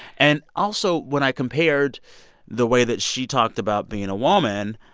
and also, when i compared the way that she talked about being a woman,